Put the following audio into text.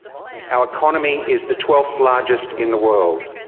our economy is the twelfth largest in the world.